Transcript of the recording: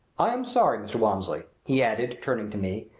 i am sorry, mr. walmsley, he added, turning to me,